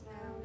now